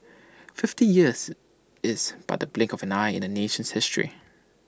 fifty years is but the blink of an eye in A nation's history